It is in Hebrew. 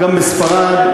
גם בספרד,